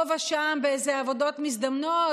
פה ושם באיזה עבודות מזדמנות,